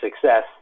success